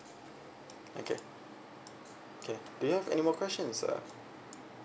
okay okay do you have any more questions sir